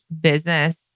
business